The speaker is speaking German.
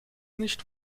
nicht